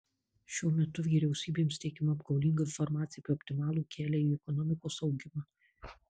šiuo metu vyriausybėms teikiama apgaulinga informacija apie optimalų kelią į ekonomikos augimą